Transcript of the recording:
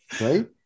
right